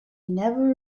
never